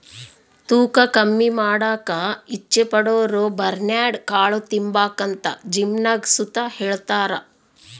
ತೂಕ ಕಮ್ಮಿ ಮಾಡಾಕ ಇಚ್ಚೆ ಪಡೋರುಬರ್ನ್ಯಾಡ್ ಕಾಳು ತಿಂಬಾಕಂತ ಜಿಮ್ನಾಗ್ ಸುತ ಹೆಳ್ತಾರ